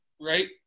Right